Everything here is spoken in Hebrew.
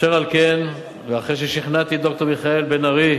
אשר על כן, ואחרי ששכנעתי את ד"ר מיכאל בן-ארי,